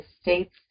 States